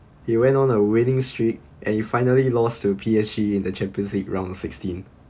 he went on a winning streak and he finally lost to P_S_G in the champions league round of sixteen